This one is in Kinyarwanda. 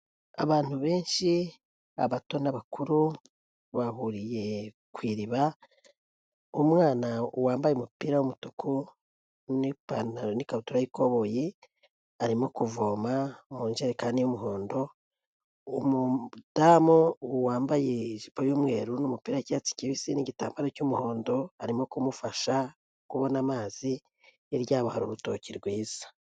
Abantu benshi abato n'abakuru bahuriye ku iriba, umwana wambaye umupira w'umutuku n'ikabutura y'ikoboyi, arimo kuvoma mu ijerekani y'umuhondo. Umudamu wambaye ijipo y'umweru n'umupira w'icyatsi kibisi, n'igitambaro cy'umuhondo arimo kumufasha kubona amazi hirya yabo hari urutoki rwiza.